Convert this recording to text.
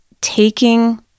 taking